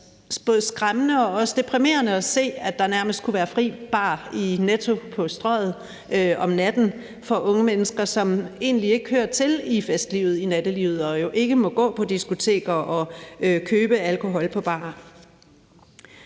været både skræmmende og deprimerende at se, at der nærmest kunne være fri bar i Netto på Strøget om natten for unge mennesker, som egentlig ikke hører til i festlivet i nattelivet, og som jo ikke må gå på diskoteker og købe alkohol på barer.